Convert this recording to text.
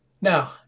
Now